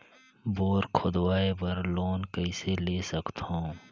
Bore खोदवाय बर loan कइसे ले सकथव?